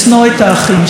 ההסתה,